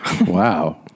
Wow